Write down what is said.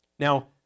Now